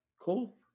Cool